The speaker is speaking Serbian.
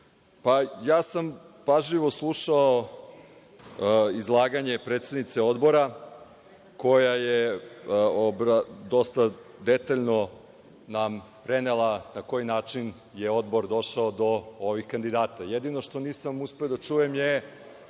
ja sam pažljivo slušao izlaganje predsednice Odbora, koja nam je dosta detaljno prenela na koji način je Odbor došao do ovih kandidata. Jedino što nisam uspeo da čujem je